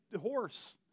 horse